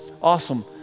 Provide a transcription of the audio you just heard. Awesome